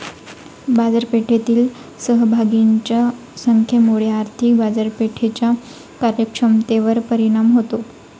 बाजारपेठेतील सहभागींच्या संख्येमुळे आर्थिक बाजारपेठेच्या कार्यक्षमतेवर परिणाम होतो